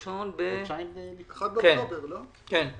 שהעניין הזה